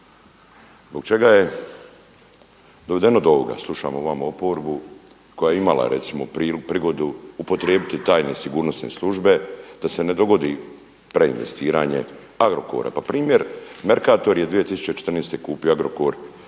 Zbog čega je dovedeno do ovoga slušamo ovamo oporbu koja je imala recimo prigodu upotrijebiti tajne sigurnosne službe da se ne dogodi preinvestiranje Agrokora. Pa primjer Merkator je 2014. kupio Agrokor